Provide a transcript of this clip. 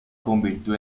convirtió